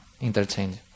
interchange